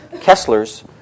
Kessler's